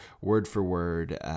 word-for-word